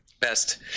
Best